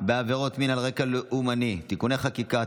בעבירות מין על רקע לאומני (תיקוני חקיקה),